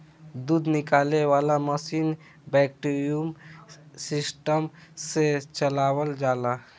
दूध निकाले वाला मशीन वैक्यूम सिस्टम से चलावल जाला